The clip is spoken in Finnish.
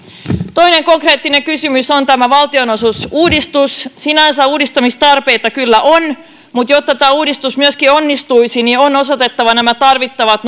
toinen konkreettinen kysymys on valtionosuusuudistus sinänsä uudistamistarpeita kyllä on mutta jotta tämä uudistus myöskin onnistuisi on osoitettava tarvittavat